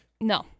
No